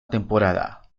temporada